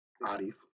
bodies